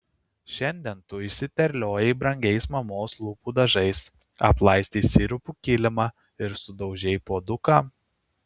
šiandien tu išsiterliojai brangiais mamos lūpų dažais aplaistei sirupu kilimą ir sudaužei puoduką